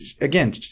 again